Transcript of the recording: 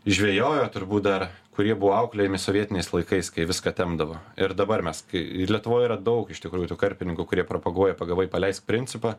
žvejojo turbūt dar kurie buvo auklėjami sovietiniais laikais kai viską tempdavo ir dabar mes kai lietuvoj yra daug iš tikrųjų tų karpininkų kurie propaguoja pagavai paleisk principą